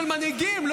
של מנהיגים.